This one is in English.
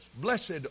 Blessed